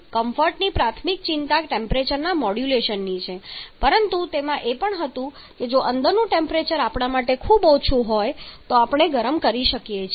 કમ્ફર્ટની પ્રાથમિક ચિંતા ટેમ્પરેચરના મોડ્યુલેશનની છે પરંતુ તેમાં એ પણ હતું કે જો અંદરનું ટેમ્પરેચર આપણા માટે ખૂબ ઓછું હોય તો આપણે ગરમ કરી શકીએ છીએ